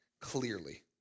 clearly